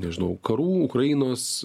nežinau karų ukrainos